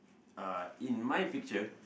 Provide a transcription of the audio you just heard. uh in my picture